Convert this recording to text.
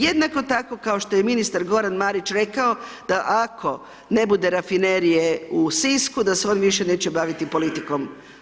Jednako tako kao što je ministar Goran Marić rekao, da ako ne bude rafinerije u Sisku, da se on više neće baviti politikom.